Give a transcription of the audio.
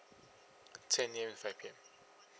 ten A_M to five P_M